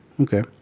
Okay